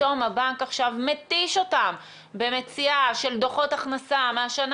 ופתאום הבנק עכשיו מתיש אותם במציאה של דוחות הכנסה מהשנה